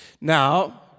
Now